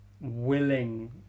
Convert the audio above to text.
willing